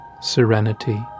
serenity